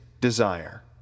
desire